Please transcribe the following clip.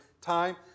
time